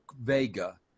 Vega